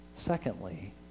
Secondly